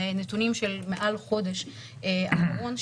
נתונים של מעל חודש אחרון,